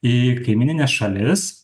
į kaimynines šalis